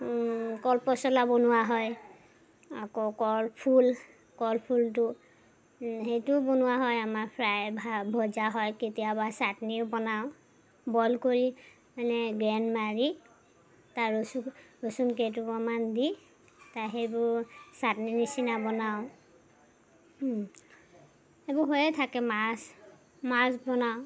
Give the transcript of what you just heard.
কল পচলা বনোৱা হয় আকৌ কলফুল কলফুলটো সেইটোও বনোৱা হয় আমাৰ ফ্ৰাই ভজা হয় কেতিয়াবা চাটনিও বনাওঁ বইল কৰি মানে গ্ৰেন মাৰি তাৰ ৰচু ৰচুন কেইটুকুৰামান দি তাৰ সেইবোৰ চাটনি নিচিনা বনাওঁ এইবোৰ হৈয়ে থাকে মাছ মাছ বনাওঁ